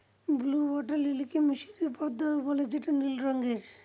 blue water লিলিকে মিসরীয় পদ্মাও বলে যেটা নীল রঙের